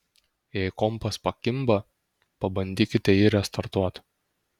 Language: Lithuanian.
jei kompas pakimba pabandykite jį restartuot